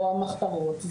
או המחתרות?